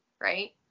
right